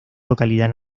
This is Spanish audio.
localidad